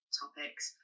topics